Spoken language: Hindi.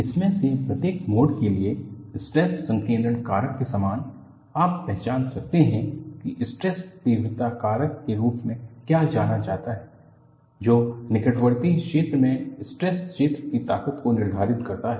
इनमें से प्रत्येक मोड के लिए स्ट्रेस संकेद्रण कारक के समान आप पहचान सकते हैं कि स्ट्रेस तीव्रता कारक के रूप में क्या जाना जाता है जो निकटवर्ती क्षेत्र में स्ट्रेस क्षेत्र की ताकत को निर्धारित करता है